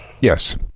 yes